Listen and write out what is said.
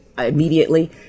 Immediately